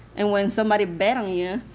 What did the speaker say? and when somebody bet on you,